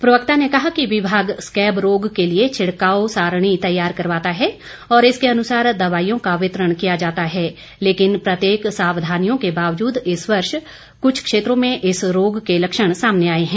प्रवक्ता ने कहा कि विभाग स्कैब रोग के लिए छिड़काव सारणी तैयार करवाता है और इसके अनुसार दवाईयों को वितरण किया जाता है लेकिन प्रत्येक सावधानियों के बावजूद इस वर्ष कुछ क्षेत्रों में इस रोग के लक्षण सामने आए हैं